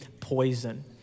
poison